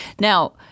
Now